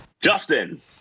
Justin